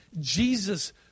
Jesus